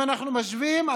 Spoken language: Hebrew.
אם אנחנו משווים,